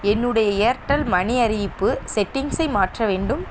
என்னுடைய Airtel money அறிவிப்பு செட்டிங்ஸை மாற்ற வேண்டும்